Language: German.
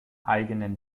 eigenen